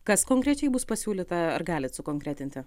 kas konkrečiai bus pasiūlyta ar galit sukonkretinti